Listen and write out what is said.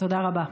תודה רבה.